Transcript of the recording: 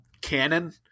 canon